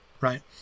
right